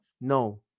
No